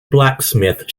blacksmith